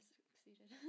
succeeded